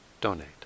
donate